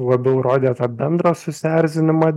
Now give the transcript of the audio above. labiau rodė tą bendrą susierzinimą